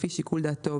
לפי שיקול דעתו,